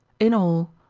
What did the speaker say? in all,